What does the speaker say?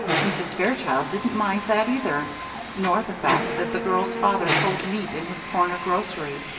mrs. fairchild didn't mind that, either nor the fact that the girl's father sold meat in his corner grocery.